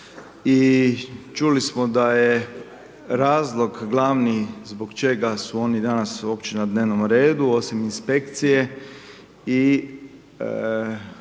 i čuli smo da je razlog glavni zbog čega su oni danas uopće na dnevnom redu osim Inspekcije i